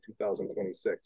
2026